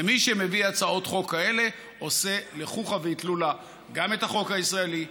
ומי שמביא הצעות חוק כאלה עושה לחוכא ואטלולא גם את החוק הישראלי,